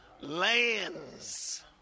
lands